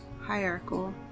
Hierarchical